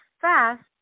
fast